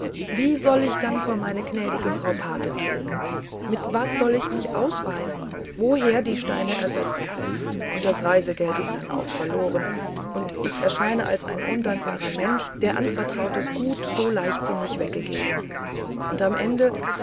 wie soll ich dann vor meine gnädige frau pate treten mit was soll ich mich ausweisen woher die steine ersetzen und das reisegeld ist dann auch verloren und ich erscheine als ein undankbarer mensch der anvertrautes gut so leichtsinnig weggegeben und am ende